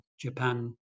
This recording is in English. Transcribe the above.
Japan